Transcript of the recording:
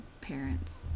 parents